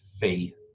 fee